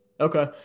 Okay